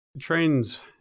Trains